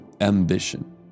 ambition